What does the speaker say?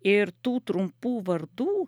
ir tų trumpų vardų